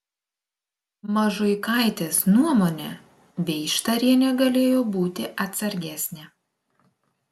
mažuikaitės nuomone veištarienė galėjo būti atsargesnė